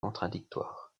contradictoires